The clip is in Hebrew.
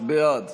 בעד